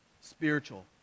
spiritual